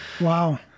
wow